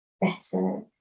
better